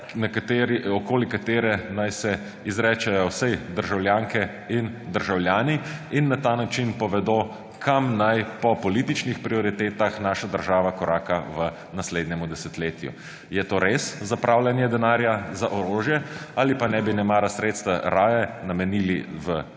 okoli katere naj se izrežejo vsi državljanke in državljani in na ta način povedo, kam naj po političnih prioritetah naša država koraka v naslednjem desetletju. Je to res zapravljanje denarja za orožje ali pa ne bi nemara sredstev raje namenili v